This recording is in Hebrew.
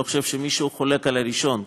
אני לא חושב שמישהו חולק על הראשון,